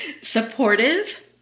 Supportive